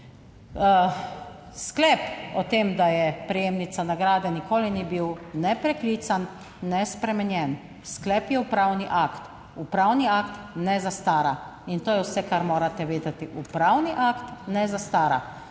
Sklep o tem, da je prejemnica nagrade, nikoli ni bil ne preklican, ne spremenjen. Sklep je upravni akt. Upravni akt ne zastara in to je vse, kar morate vedeti. Upravni akt ne zastara.